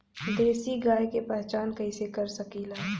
देशी गाय के पहचान कइसे कर सकीला?